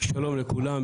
שלום לכולם,